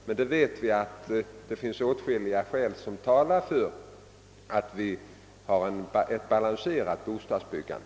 Som bekant talar emellertid åtskilliga skäl för att vi bör ha ett balanserat bostadsbyggande.